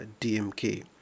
DMK